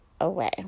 away